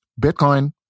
Bitcoin